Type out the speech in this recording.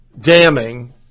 damning